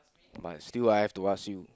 but still I have to ask you